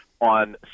on